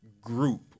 group